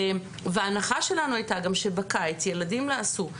ההנחה שלנו הייתה גם שבקיץ ילדים לעסו.